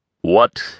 What